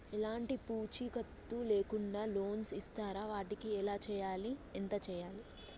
ఎలాంటి పూచీకత్తు లేకుండా లోన్స్ ఇస్తారా వాటికి ఎలా చేయాలి ఎంత చేయాలి?